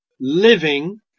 living